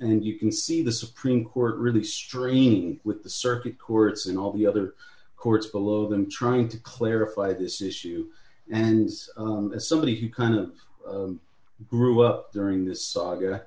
and you can see the supreme court really strain with the circuit courts and all the other courts below them trying to clarify this issue and as somebody who kind of grew up during this saga